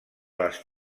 les